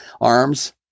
arms